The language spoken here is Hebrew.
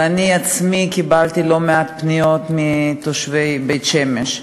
ואני עצמי קיבלתי לא מעט פניות מתושבי בית-שמש.